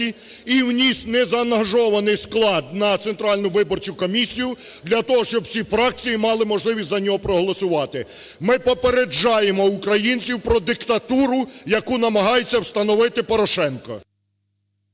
і вніс незаангажований склад на Центральну виборчу комісію для того, щоб всі фракції мали можливість за нього проголосувати. Ми попереджаємо українців про диктатуру, яку намагається встановити Порошенко.